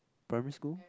primary school